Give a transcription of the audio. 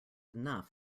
enough